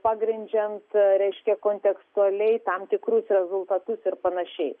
pagrindžiant reiškia kontekstualiai tam tikrus rezultatus ir panašiai